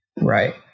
Right